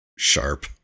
sharp